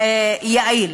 נשים.